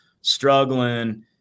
struggling